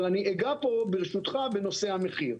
אבל אני אגע פה ברשותך בנושא המחיר.